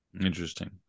Interesting